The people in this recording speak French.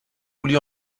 voulu